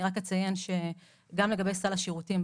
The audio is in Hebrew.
אני רק אציין שגם לגבי סל השירותים,